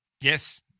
Yes